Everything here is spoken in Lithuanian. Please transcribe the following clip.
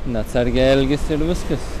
neatsargiai elgiasi ir viskas